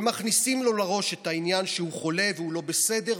ומכניסים לו לראש את העניין שהוא חולה ושהוא לא בסדר,